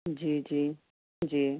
جی جی جی